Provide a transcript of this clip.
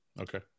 Okay